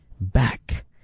back